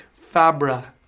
Fabra